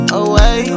away